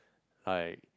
like